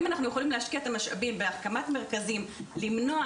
אם אנחנו יכולים להשקיע את המשאבים בהקמת מרכזים כדי למנוע